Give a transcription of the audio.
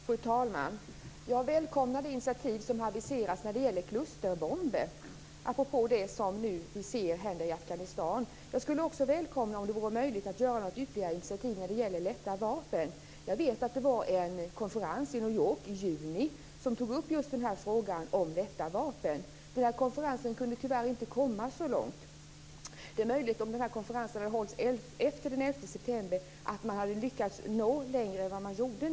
Fru talman! Jag välkomnar det initiativ som har aviserats när det gäller klusterbomber, apropå det som vi nu ser hända i Afghanistan. Jag skulle också välkomna om det vore möjligt att ta ett ytterligare initiativ när det gäller lätta vapen. Jag vet att det i juni hölls en konferens i New York där man tog upp frågan om lätta vapen. Denna konferens kunde tyvärr inte komma så långt. Det är möjligt att man om denna konferens hade hållits efter den 11 september hade lyckats nå längre än vad som blev fallet.